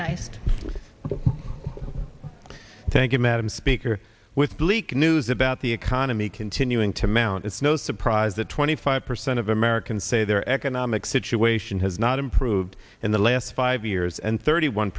you madam speaker with bleak news about the economy continuing to mount it's no surprise that twenty five percent of americans say their economic situation has not improved in the last five years and thirty one